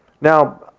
Now